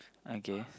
okay